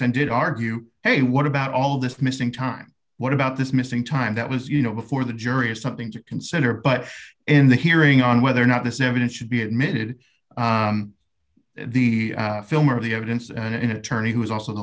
did argue hey what about all this missing time what about this missing time that was you know before the jury or something to consider but in the hearing on whether or not this evidence should be admitted the filmer of the evidence an attorney who was also the